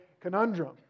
conundrum